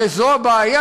הרי זו הבעיה,